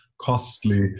costly